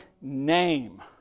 name